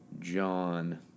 John